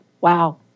Wow